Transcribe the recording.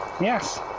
Yes